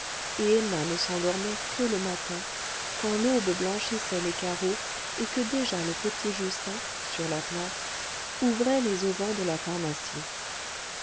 emma ne s'endormait que le matin quand l'aube blanchissait les carreaux et que déjà le petit justin sur la place ouvrait les auvents de la pharmacie